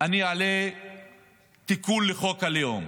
אני אעלה תיקון לחוק הלאום,